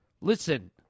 Listen